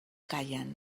callen